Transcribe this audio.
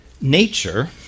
Nature